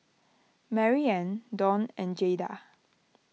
Maryanne Donn and Jaeda